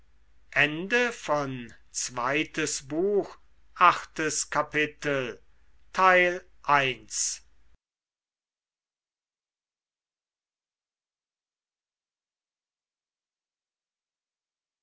zweites buch erstes kapitel